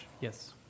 Yes